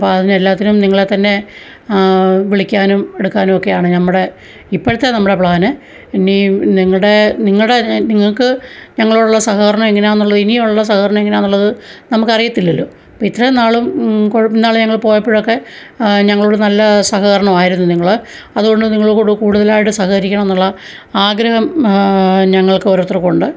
അപ്പം അതിന് എല്ലാത്തിനും നിങ്ങളെ തന്നെ വിളിക്കാനും എടുക്കാനുമൊക്കെയാണ് നമ്മുടെ ഇപ്പോഴത്തെ നമ്മളെ പ്ലാന് ഇനിയും നിങ്ങളുടെ നിങ്ങളുടെ നിങ്ങൾക്ക് ഞങ്ങളോടുള്ള സഹകരണം എങ്ങനെയാണെന്നുള്ള ഇനിയുള്ള സഹകരണം എങ്ങനെയാണെന്നുള്ളത് നമുക്ക് അറിയത്തില്ലല്ലോ ഇപ്പം ഇത്രേയും നാളും കുഴപ്പം ഇന്നാൾ ഞങ്ങൾ പോയപ്പൊഴൊക്കെ ഞങ്ങളോട് നല്ല സഹകരണമായിരുന്നു നിങ്ങൾ അതുകൊണ്ട് നിങ്ങൾ കൂടുതലായിട്ട് സഹകരിക്കണമെന്നുള്ള ആഗ്രഹം ഞങ്ങൾക്ക് ഓരോരുത്തർക്കുമുണ്ട്